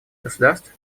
государств